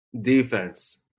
Defense